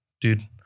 dude